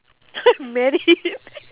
married